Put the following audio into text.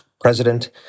president